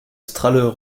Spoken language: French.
strahler